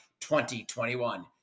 2021